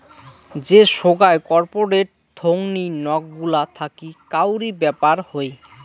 যে সোগায় কর্পোরেট থোঙনি নক গুলা থাকি কাউরি ব্যাপার হই